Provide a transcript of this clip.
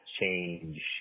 change